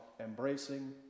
embracing